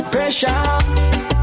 Pressure